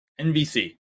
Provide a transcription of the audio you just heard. NBC